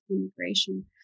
immigration